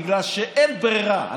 בגלל שאין ברירה,